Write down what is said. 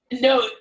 No